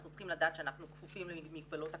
אנחנו צריכים לדעת שאנחנו כפופים למגבלות הקורונה,